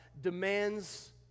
demands